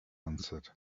answered